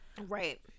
right